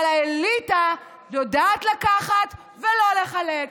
אבל האליטה יודעת לקחת ולא לחלק.